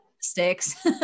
sticks